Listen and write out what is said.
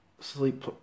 Sleep